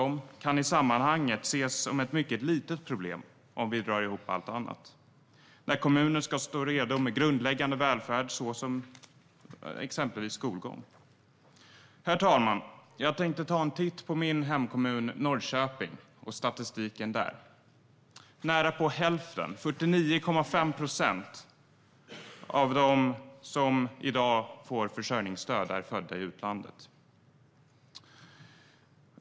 Den kan i sammanhanget ses som ett mycket litet problem, om vi drar ihop allt annat, när kommuner ska stå redo med grundläggande välfärd, till exempel skolgång. Herr talman! Jag tänkte ta en titt på min hemkommun Norrköping och statistiken där. Närapå hälften, 49,5 procent, av dem som i dag får försörjningsstöd är födda i utlandet.